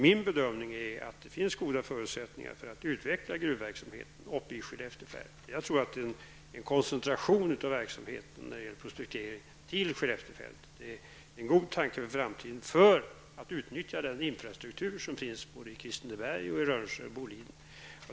Min bedömning är att det finns goda förutsättningar för att utveckla gruvverksamheten uppe i Skelleftefältet. Jag tror att en koncentration av verksamheten när det gäller prospektering till Skelleftefältet är en god tanke för framtiden för att utnyttja den infrastruktur som finns i Kristineberg, Rönnskär och Boliden.